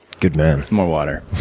good man. more water.